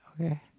Okay